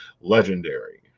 legendary